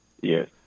Yes